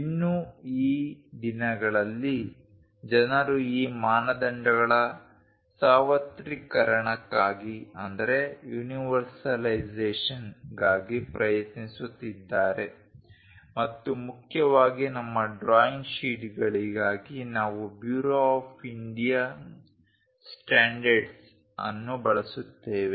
ಇನ್ನೂ ಈ ದಿನಗಳಲ್ಲಿ ಜನರು ಈ ಮಾನದಂಡಗಳ ಸಾರ್ವತ್ರಿಕೀಕರಣ ಕ್ಕಾಗಿ ಪ್ರಯತ್ನಿಸುತ್ತಿದ್ದಾರೆ ಮತ್ತು ಮುಖ್ಯವಾಗಿ ನಮ್ಮ ಡ್ರಾಯಿಂಗ್ ಶೀಟ್ಗಳಿಗಾಗಿ ನಾವು ಬ್ಯೂರೋ ಆಫ್ ಇಂಡಿಯನ್ ಸ್ಟ್ಯಾಂಡರ್ಡ್ಸ್ ಅನ್ನು ಬಳಸುತ್ತೇವೆ